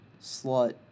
slut